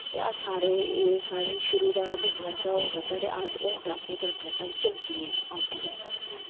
ते अस सारे एह् साढ़े शुरू दा बचपन चा गै होआ करदा ते हून तक एह् परंपरा साढ़ी चलदी औंदी ऐ